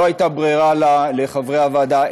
לחברי הוועדה,